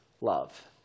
love